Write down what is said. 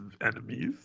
enemies